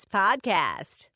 podcast